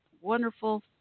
Wonderful